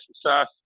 success